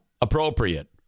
appropriate